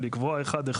לקבוע אחד אחד.